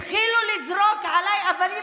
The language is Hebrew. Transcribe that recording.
התחילו לזרוק עליי אבנים.